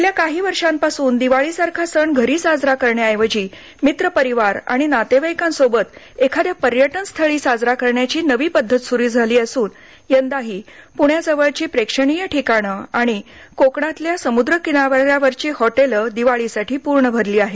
गेल्या काही वर्षांपासून दिवाळीसारखा सण घरी साजरा करण्याऐवजी मित्र परिवार आणि नातेवाईकांसोबत एखाद्या पर्यटनस्थळी साजरा करण्याची नवी पद्धत सुरू झाली असून यंदाही पुण्याजवळची प्रेक्षणीय ठिकाणं आणि कोकणातल्या समुद्र किनाऱ्यावरची हॉटेल दिवाळीसाठी पूर्ण भरले आहेत